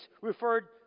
referred